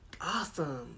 Awesome